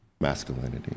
masculinity